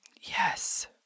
Yes